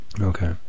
Okay